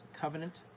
covenant